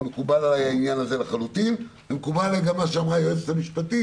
העניין מקובל עלי לחלוטין ומקובל עלי גם מה שאמרה היועצת המשפטית.